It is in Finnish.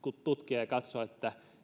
tutkia ja katsoa